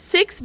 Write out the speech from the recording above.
Six